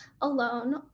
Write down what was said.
alone